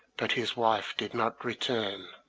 but his wife did not return.